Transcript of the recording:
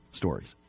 stories